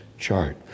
chart